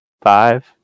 five